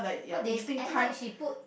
cause they at night she put